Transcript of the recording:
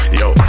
yo